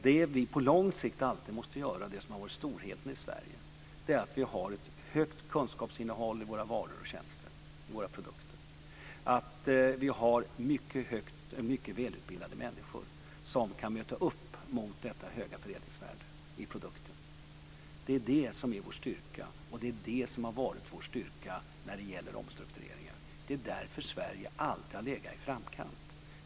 Det som vi på lång sikt alltid måste se till och som har varit storheten i Sverige är att vi har ett stort kunskapsinnehåll i våra produkter och att vi har mycket välutbildade människor som kan möta upp mot detta förädlingsvärde i produkterna. Det är det som är vår styrka, och det är det som har varit vår styrka när det gäller omstruktureringar. Det är därför som Sverige alltid har legat i framkant.